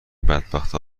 بدبختا